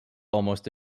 almost